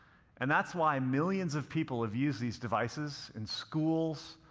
and that's why millions of people have used these devices in schools,